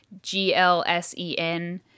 GLSEN